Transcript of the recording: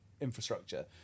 infrastructure